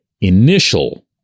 initial